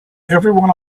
everyone